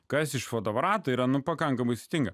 kas iš fotoaparato yra nu pakankamai sudėtinga